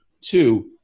Two